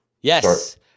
Yes